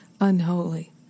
unholy